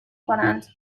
کنند